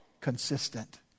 consistent